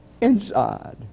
inside